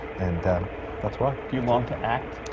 and that's why. do you want to act?